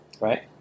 Right